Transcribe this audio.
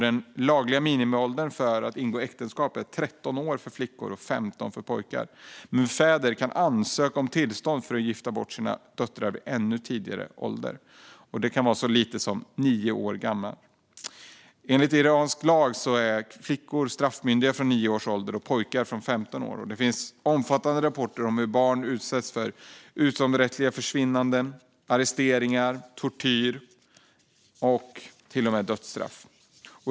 Den lagliga minimiåldern för att ingå äktenskap är 13 år för flickor och 15 för pojkar, men fäder kan ansöka om tillstånd att gifta bort sina döttrar vid ännu yngre ålder - det kan vara vid så ung ålder som 9 år. Enligt iransk lag är flickor straffmyndiga från 9 års ålder och pojkar från 15 år. Det finns omfattande rapporter om hur barn utsätts för utomrättsliga försvinnanden, arresteringar, tortyr och till och med dödsstraff.